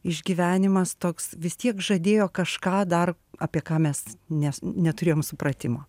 išgyvenimas toks vis tiek žadėjo kažką dar apie ką mes nes neturėjom supratimo